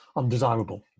undesirable